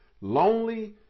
lonely